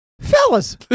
Fellas